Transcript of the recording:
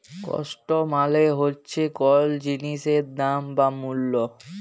cost মালে হচ্যে কল জিলিসের দাম বা মূল্য